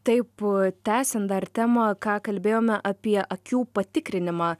taip a tęsiant dar temą ką kalbėjome apie akių patikrinimą